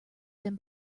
than